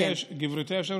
גברתי היושבת-ראש,